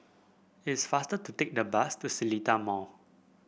it is faster to take the bus to Seletar Mall